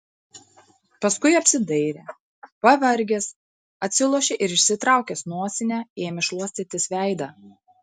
paskui apsidairė pavargęs atsilošė ir išsitraukęs nosinę ėmė šluostytis veidą